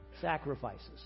sacrifices